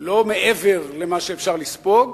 לא מעבר למה שאפשר לספוג,